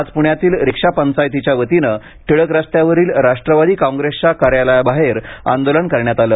आज प्ण्यातील रिक्षा पंचायतीच्यावतीने टिळक रस्त्यावरील राष्ट्रवादी काँग्रेसच्या कार्यालयाबाहेर आंदोलन करण्यात आलं